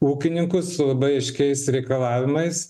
ūkininkus su labai aiškiais reikalavimais